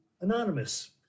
anonymous